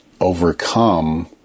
overcome